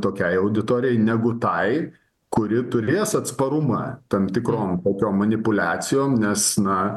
tokiai auditorijai negu tai kuri turės atsparumą tam tikrom tokiom manipuliacijom nes na